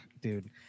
dude